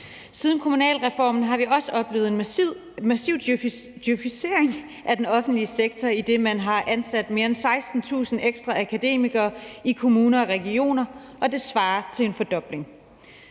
Siden kommunalreformen har vi også oplevet en massiv djøfisering af den offentlige sektor, idet man har ansat mere end 16.000 ekstra akademikere i kommuner og regioner, og det svarer til en fordobling.